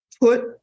put